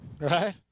Right